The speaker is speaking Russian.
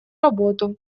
работу